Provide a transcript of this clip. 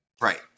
right